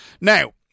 now